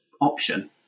option